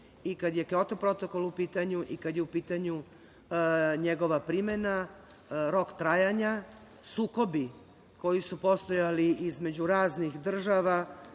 i kada je Kjoto protokol u pitanju i kada je u pitanju njegova primena, rok trajanja, sukobi koji su postojali između raznih država